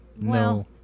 No